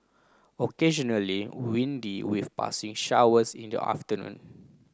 occasionally Windy with passing showers in the afternoon